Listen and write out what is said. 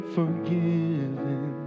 forgiven